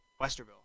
Westerville